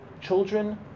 Children